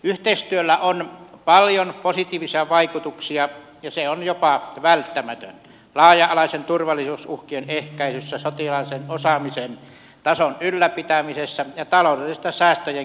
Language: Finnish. yhteistyöllä on paljon positiivisia vaikutuksia ja se on jopa välttämätöntä laaja alaisten turvallisuusuhkien ehkäisyssä sotilaallisen osaamisen tason ylläpitämisessä ja taloudellisten säästöjenkin mahdollistamisessa materiaalihankinnoissa